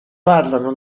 parlano